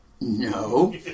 No